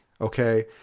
Okay